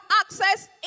access